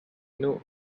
know